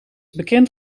bekend